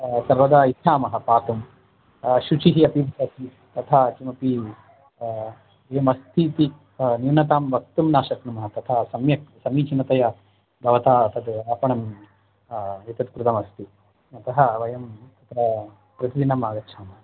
सर्वदा इच्छामः पातुं शुचिः अपि अस्ति तथा किमपि एवमस्तीति न्यूनतां वक्तुं न शक्नुमः तथा सम्यक् समीचीनतया भवता तद् आपणम् एतत् कृतमस्ति अतः वयं तत्र प्रतिदिनम् आगच्छामः